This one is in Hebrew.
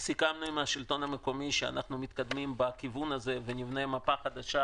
סיכמנו עם השלטון המקומי שאנחנו מתקדמים בכיוון הזה ונבנה מפה חדשה